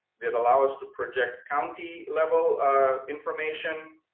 that allow us to project county level information,